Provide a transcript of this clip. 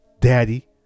daddy